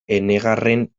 enegarren